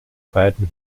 beiden